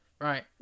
Right